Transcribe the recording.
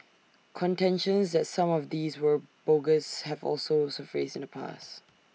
contentions that some of these were bogus have also surfaced in the past